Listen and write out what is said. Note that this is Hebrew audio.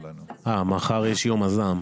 מחר זה יום הזעם.